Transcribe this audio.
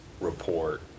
report